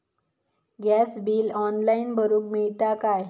Gas bill online भरुक मिळता काय?